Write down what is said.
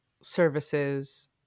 services